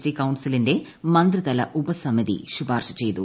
T കൌൺസി ലിന്റെ മന്ത്രിതല ഉപസമിതി ശുപാർശ ചെയ്തു